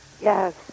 Yes